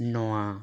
ᱱᱚᱣᱟ